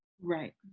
Right